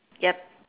yup